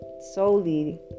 solely